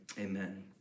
amen